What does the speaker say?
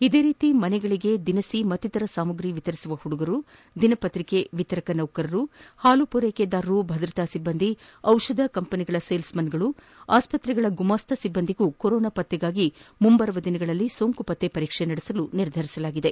ಇದೇ ರೀತಿ ಮನೆಗಳಿಗೆ ದಿನು ಮತ್ತಿತರ ಸಾಮಗ್ರಿ ವಿತರಿಸುವ ಹುಡುಗರು ದಿನಪತ್ರಿಕೆ ವಿತರಕ ನೌಕರರು ಹಾಲು ಪೂರ್ನೆಕೆದಾರರು ಭದ್ರತಾ ಸಿಬ್ಲಂದಿ ಟಿಷಧ ಕಂಪನಿಗಳ ಸೇಲ್ಮನ್ಗಳು ಆಸ್ತತೆಗಳ ಗುಮಾಸ್ತ ಸಿಬ್ಲಂದಿಗೂ ಕೊರೋನಾ ಪತ್ತೆಗಾಗಿ ಮುಂಬರುವ ದಿನಗಳಲ್ಲಿ ಸೋಂಕು ಪತ್ತೆ ಪರೀಕ್ಷೆ ನಡೆಸಲಾಗುವುದು